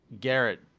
Garrett